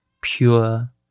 Pure